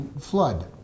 flood